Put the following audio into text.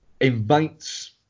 invites